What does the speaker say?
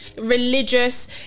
religious